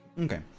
Okay